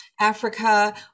Africa